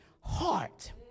heart